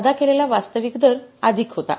अदा केलेला वास्तविक दर अधिक होता